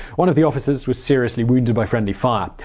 one of the officers was seriously wounded by friendly fire.